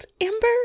amber